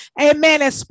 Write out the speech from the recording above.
Amen